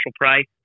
price